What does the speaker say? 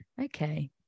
Okay